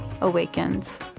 awakens